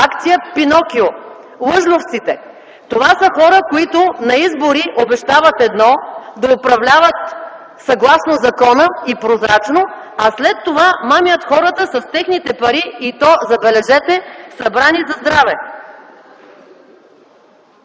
акция „Пинокио”, „Лъжльовците”! Това са хора, които на избори обещават едно – да управляват съгласно закона и прозрачно, а след това мамят хората с техните пари, и то, забележете, събрани за здраве!